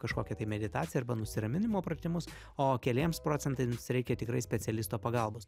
kažkokią tai meditaciją arba nusiraminimo pratimus o keliems procentams reikia tikrai specialisto pagalbos